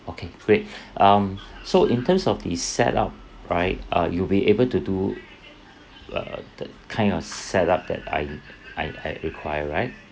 okay great um so in terms of the set up right uh you'll be able to do uh the kind of set up that I I I require right